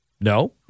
No